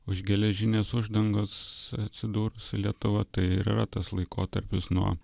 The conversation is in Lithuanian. už geležinės uždangos atsidūrusi lietuva tai ir yra tas laikotarpis nuo